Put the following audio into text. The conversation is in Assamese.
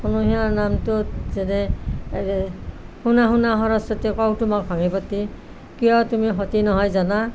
অনুসূয়াৰ নামটোত যেনে শুনা শুনা সৰস্বতী কওঁ তোমাক ভাঙি পাতি কিয় তুমি সতি নহয় জানা